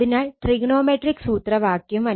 അതിനാൽ ട്രിഗണോമെട്രിക് സൂത്രവാക്യം